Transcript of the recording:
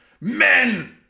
men